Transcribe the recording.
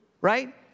right